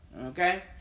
Okay